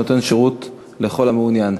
שנותן שירות לכל המעוניין.